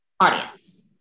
audience